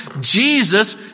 Jesus